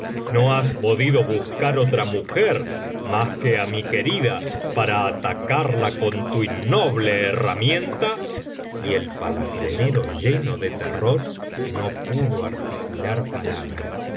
no has podido buscar otra mujer mas que á mi querida para atacarla con tu innoble herramienta y el pa biblioteca valenciana generalitat valenciana las mil noches y una noche lafrenero lleno de terror no pudo articular palabra